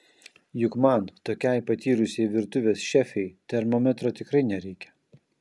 juk man tokiai patyrusiai virtuvės šefei termometro tikrai nereikia